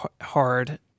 hard